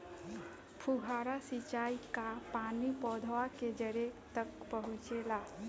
फुहारा सिंचाई का पानी पौधवा के जड़े तक पहुचे ला?